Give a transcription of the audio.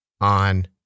on